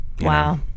Wow